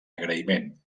agraïment